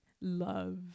love